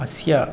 अस्य